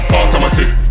automatic